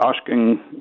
asking